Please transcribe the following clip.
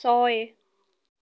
ছয়